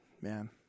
Man